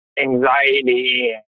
anxiety